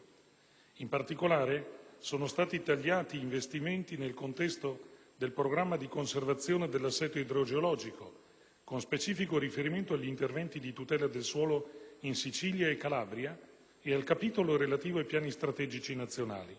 In particolare, sono stati tagliati investimenti nel contesto del programma di conservazione dell'assetto idrogeologico, con specifico riferimento agli interventi di tutela del suolo in Sicilia e Calabria e al capitolo relativo ai piani strategici nazionali;